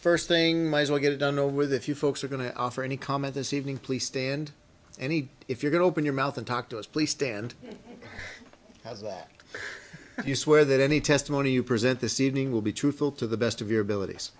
first thing might as well get it done over the few folks are going to offer any comment this evening please stand any if you're going to open your mouth and talk to us please stand as well you swear that any testimony you present this evening will be truthful to the best of your abilities